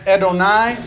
Edonai